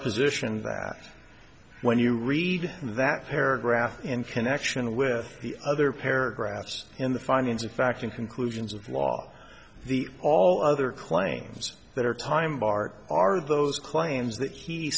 position that when you read that paragraph in connection with the other paragraphs in the findings of fact in conclusions of law the all other claims that are time bart are those claims that he